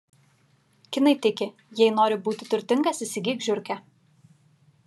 kinai tiki jei nori būti turtingas įsigyk žiurkę